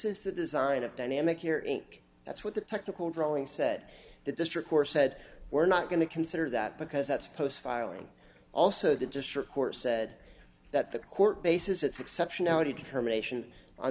is the design of dynamic here in that's what the technical drawing said the district court said we're not going to consider that because that's a post filing also the district court said that the court bases its exceptionality determination on